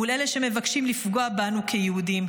מול אלה שמבקשים לפגוע בנו כיהודים.